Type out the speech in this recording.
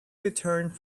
returned